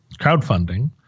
crowdfunding